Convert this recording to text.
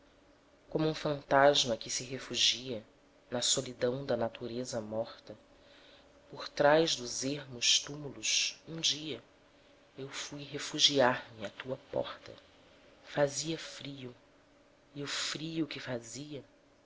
um fantasma que se refugia na solidão da natureza morta por trás dos ermos túmulos um dia eu fui refugiar me à tua porta fazia frio e o frio que fazia